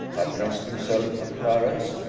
addressed himself to clarence,